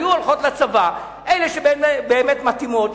היו הולכות לצבא אלה שבאמת מתאימות,